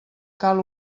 cal